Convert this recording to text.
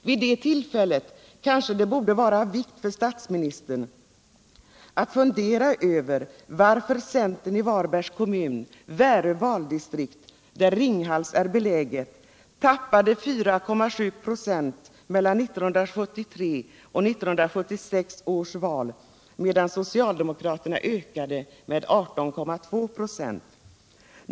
Vid ett sådant besök kanske det borde vara av vikt för statsministern att fundera över varför centern i Varbergs kommun, Värö valdistrikt där Ringhals är beläget, tappade 4,7 96 mellan 1973 och 1976 års val, medan socialdemokraterna ökade med 18,2 26.